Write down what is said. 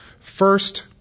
First